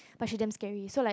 but she damn scary so like